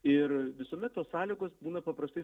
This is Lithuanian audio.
ir visuomet tos sąlygos būna paprastai